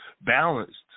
balanced